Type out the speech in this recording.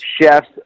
chefs